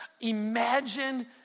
imagine